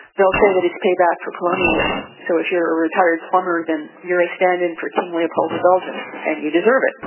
they'll say that it is payback for colonialism. so if you're a retired plumber then you're a stand-in for king leopold of belgium and you deserve it.